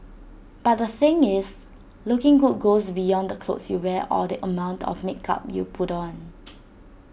but the thing is looking good goes beyond the clothes you wear or the amount of makeup you put on